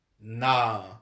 nah